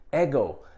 ego